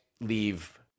leave